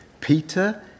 Peter